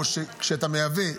כשאתה מייבא,